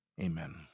Amen